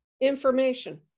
information